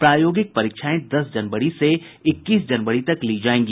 प्रायोगिक परीक्षाएं दस जनवरी से इक्कीस जनवरी तक ली जायेगी